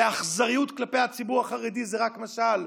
והאכזריות כלפי הציבור החרדי זה רק משל,